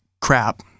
crap